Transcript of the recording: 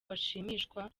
bashimishwa